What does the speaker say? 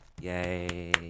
Yay